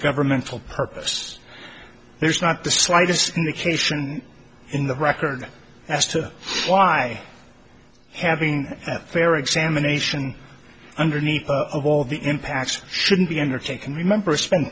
governmental purpose there's not the slightest indication in the record as to why having that fair examination underneath of all the impacts shouldn't be undertaken remember spen